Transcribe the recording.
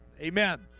Amen